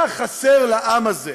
מה חסר לעם הזה,